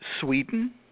Sweden